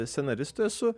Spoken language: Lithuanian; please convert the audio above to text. scenaristų esu